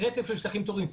רצף של שטחים פתוחים,